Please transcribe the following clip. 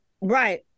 Right